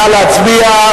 נא להצביע.